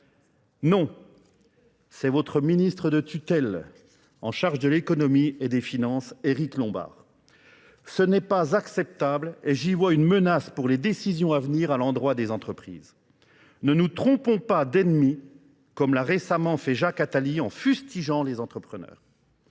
Non. C'est votre ministre de tutelle en charge de l'économie et des finances, Eric Lombard. Ce n'est pas acceptable et j'y vois une menace pour les décisions à venir à l'endroit des entreprises. Ne nous trompons pas d'ennemis comme l'a récemment fait Jacques Attali en fustigeant les entrepreneurs.